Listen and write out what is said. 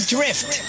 Drift